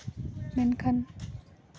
ᱢᱮᱱᱠᱷᱟᱱ